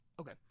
okay